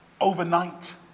Overnight